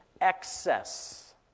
excess